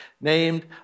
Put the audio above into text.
named